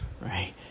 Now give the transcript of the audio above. right